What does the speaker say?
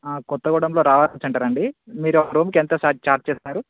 కొత్తగడంలో రావాకు సెంటర్ అండి మీరు రూమ్కి ఎంతా సార్ ఛార్జ్ చేస్తారు